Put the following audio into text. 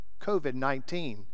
COVID-19